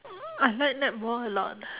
I like netball a lot